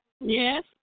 Yes